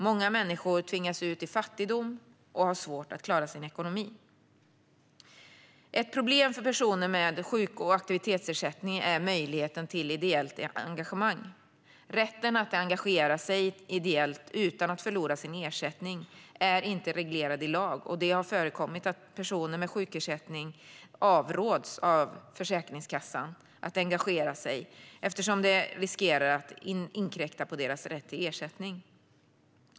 Många människor tvingas ut i fattigdom och har svårt att klara sin ekonomi. Ett problem för personer med sjuk och aktivitetsersättning är möjligheterna till ideellt engagemang. Rätten att engagera sig ideellt utan att förlora sin ersättning är inte reglerad i lag. Det har förekommit att personer med sjukersättning avråds av Försäkringskassan att engagera sig ideellt, eftersom det riskerar att inkräkta på deras rätt till ersättning.